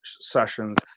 sessions